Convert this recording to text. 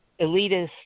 elitist